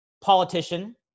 politician